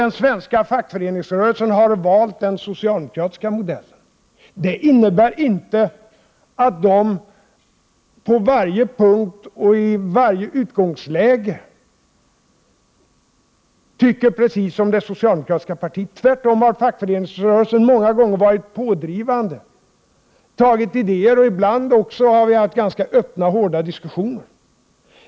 Den svenska fackföreningsrörelsen har valt den socialdemokratiska modellen. Det innebär inte att man där på varje punkt och i varje utgångsläge tycker precis som i det socialdemokratiska partiet. Tvärtom har fackföreningsrörelsen många gånger varit pådrivande och givit idéer. Ibland har det varit ganska öppna och hårda diskussioner.